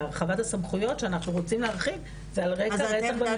והרחבת הסמכויות שאנחנו רוצים להרחיב זה על רקע רצח במשפחה.